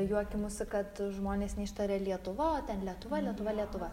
juokimusi kad žmonės neištaria lietuva o ten lietuva lietuva lietuva